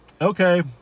okay